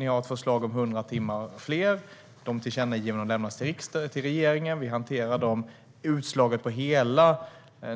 Ni har ett förslag om ytterligare 100 timmar. Dessa tillkännagivanden lämnas till regeringen, och vi hanterar dem. Utslaget på